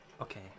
Okay